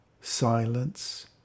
silence